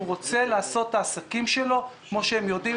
הם רוצים לקיים את העסקים שלהם, כפי שהם יודעים.